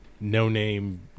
no-name